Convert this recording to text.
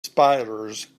spiders